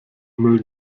müll